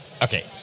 Okay